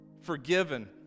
Forgiven